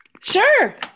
Sure